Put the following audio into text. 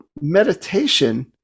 meditation